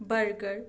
burger